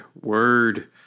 word